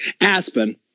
Aspen